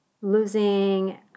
losing